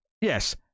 Yes